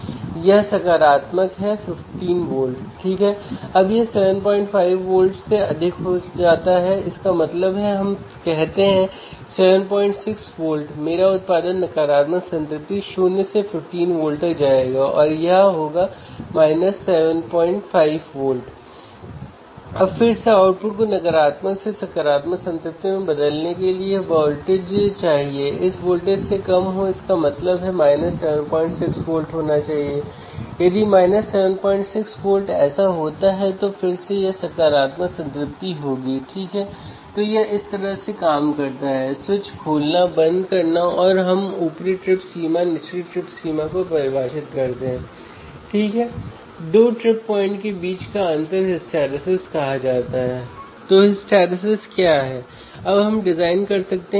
तो विशाल नॉइज़ की उपस्थिति में यह एक छोटा सिग्नल है क्या आप नॉइज़ को कम कर सकते हैं और सिग्नल बढ़ा सकते हैं